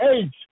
age